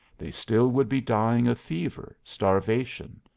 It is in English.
they still would be dying of fever, starvation,